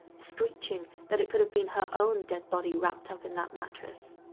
screeching that it could have been her own dead body wrapped up in that mattress.